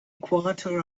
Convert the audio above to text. quarter